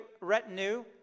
retinue